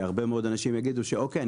כשהרבה מאוד אנשים יגידו: אוקיי,